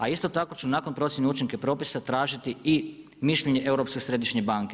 A isto tako ću nakon procjene učinka propisa tražiti i mišljenje Europske središnje banke.